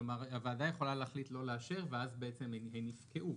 כלומר הוועדה יכולה להחליט לא לאשר ואז בעצם הן יפקעו,